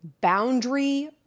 boundary